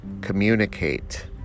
communicate